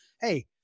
Hey